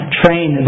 train